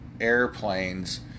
airplanes